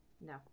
No